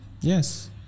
Yes